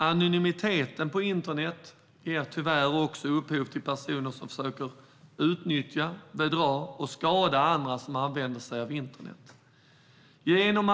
Anonymiteten på internet ger tyvärr personer som försöker utnyttja, bedra och skada andra som använder sig av internet möjligheter att göra det.